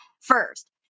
first